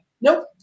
nope